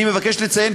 אני מבקש לציין,